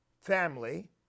family